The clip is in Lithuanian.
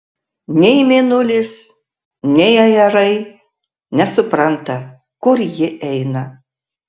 nei mėnulis nei ajerai nesupranta kur ji eina